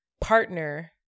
partner